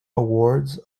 awards